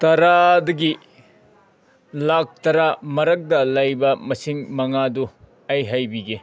ꯇꯔꯥꯗꯒꯤ ꯂꯥꯈ ꯇꯔꯥ ꯃꯔꯛꯇ ꯂꯩꯕ ꯃꯁꯤꯡ ꯃꯉꯥꯗꯨ ꯑꯩ ꯍꯥꯏꯕꯤꯒꯦ